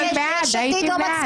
מי נמנע?